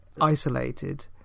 isolated